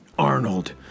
Arnold